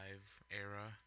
era